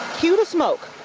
cue the smoke